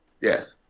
yes